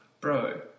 Bro